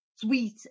Sweet